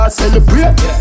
celebrate